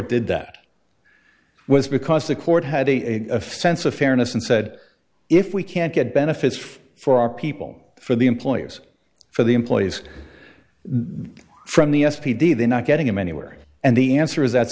did that was because the court had a sense of fairness and said if we can't get benefits for our people for the employers for the employees they from the s p d they're not getting them anywhere and the answer is that's